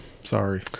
Sorry